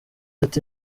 ati